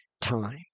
time